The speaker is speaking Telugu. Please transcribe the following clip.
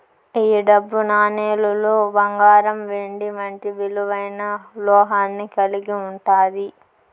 ఈ డబ్బు నాణేలులో బంగారం వెండి వంటి విలువైన లోహాన్ని కలిగి ఉంటాది